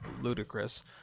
ludicrous